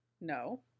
No